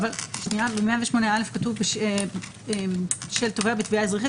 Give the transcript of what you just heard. אבל 108א כתוב: "של תובע בתביעה אזרחית